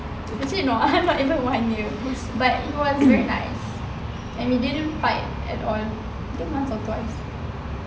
actually no ah not even one year but it was nice and we didn't fight at all I think once or twice